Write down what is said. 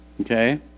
okay